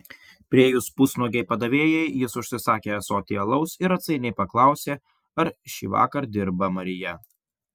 priėjus pusnuogei padavėjai jis užsisakė ąsotį alaus ir atsainiai paklausė ar šįvakar dirba marija